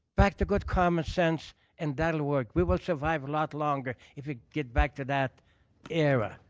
back to good common sense and that will work. we will survive a lot longer if we get back to that era.